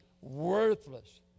worthless